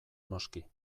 noski